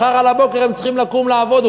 מחר על הבוקר הם צריכים לקום לעבוד.